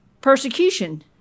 Persecution